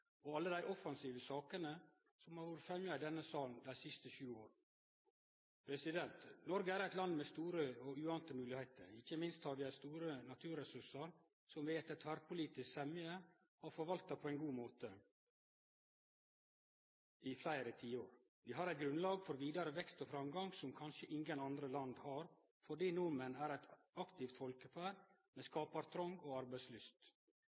og alle dei offensive sakene som har vore fremja i denne salen dei siste sju åra. Noreg er eit land med store og uante moglegheiter. Ikkje minst har vi store naturressursar som vi etter tverrpolitisk semje har forvalta på ein god måte i fleire tiår. Vi har eit grunnlag for vidare vekst og framgang som kanskje ingen andre land har, fordi nordmenn er eit aktivt folkeferd med skapartrong og arbeidslyst.